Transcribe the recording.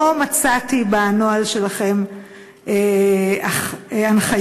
לא מצאתי בנוהל שלכם הנחיה כזאת.